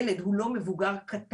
ילד הוא לא מבוגר קטן,